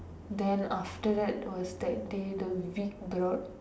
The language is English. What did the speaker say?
then after that was that day the week brought